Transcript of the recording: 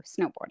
snowboarding